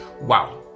Wow